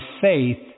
faith